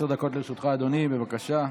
עשר דקות לרשותך, אדוני, בבקשה.